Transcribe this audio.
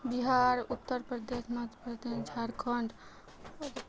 Bihar Uttar Pradesh Madhya Pradesh Jharkhand